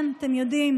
כן, אתם יודעים,